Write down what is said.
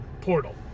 portal